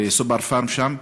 ב"סופר-פארם" שם,